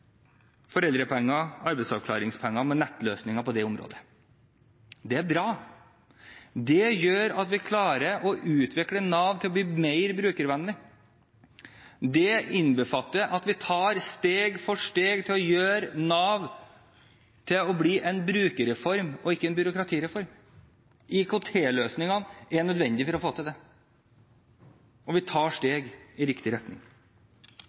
foreldrepenger og arbeidsavklaringspenger. Det er bra. Det gjør at vi klarer å utvikle Nav til å bli mer brukervennlig. Det innbefatter at vi steg for steg gjør Nav til å bli en brukerreform og ikke en byråkratireform. IKT-løsningene er nødvendige for å få til det, og vi tar steg i riktig retning.